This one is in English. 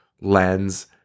lens